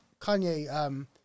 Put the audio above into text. Kanye